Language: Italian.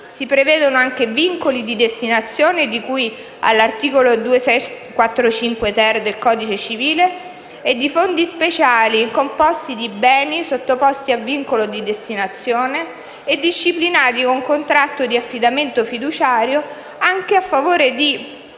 Si prevedono anche vincoli di destinazione di cui all'articolo 2645-*ter* del codice civile e di fondi speciali composti di beni sottoposti a vincolo di destinazione e disciplinati con contratto di affidamento fiduciario anche a favore di